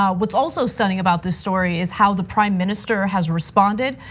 um what's also stunning about this story is how the prime minister has responded.